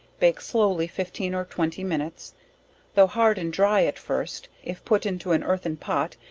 bake slowly fifteen or twenty minutes tho' hard and dry at first, if put into an earthern pot,